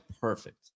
perfect